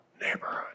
neighborhood